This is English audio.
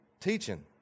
teaching